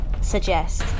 suggest